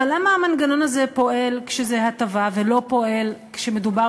אבל למה המנגנון הזה פועל כשזו הטבה ולא פועל כשמדובר